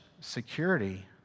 security